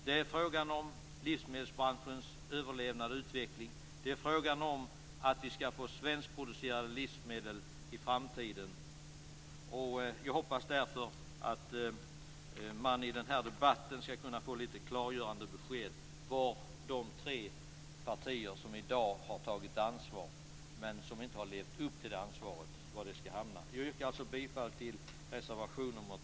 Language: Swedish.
Det är fråga om livsmedelsbranschens överlevnad och utveckling, om att vi skall få svenskproducerade livsmedel i framtiden. Jag hoppas därför att man i denna debatt skall kunna få klargörande besked var de tre partier som i dag har tagit ansvaret men som inte levt upp till det ansvaret hamnar. Jag yrkar bifall till reservation 2.